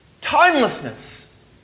timelessness